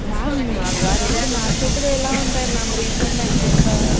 ma'am ఆ రెండు నా చేతులు ఎలా ఉంటాయి మ్యామ్ రీఫండ్ అండ్ కొత్త